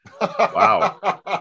Wow